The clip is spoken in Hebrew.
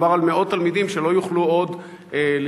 מדובר על מאות תלמידים שלא יוכלו עוד ללמוד,